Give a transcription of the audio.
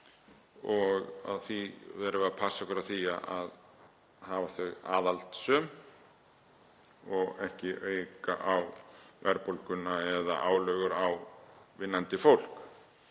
og því verðum við að passa okkur á því að hafa þau aðhaldssöm og ekki auka á verðbólguna eða álögur á vinnandi fólk